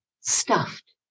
stuffed